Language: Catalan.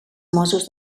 mossos